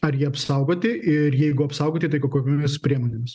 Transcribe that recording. ar jie apsaugoti ir jeigu apsaugoti tai kokiomis priemonėmis